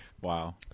Wow